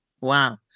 Wow